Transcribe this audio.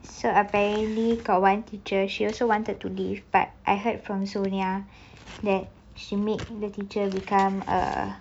so apparently got one teacher she also wanted to leave but I heard from sonya that she made the teacher become a